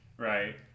Right